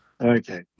Okay